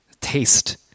Taste